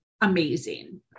amazing